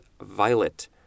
violet